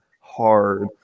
hard